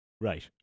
Right